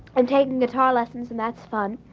i'm taking guitar lessons and that's fun.